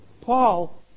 Paul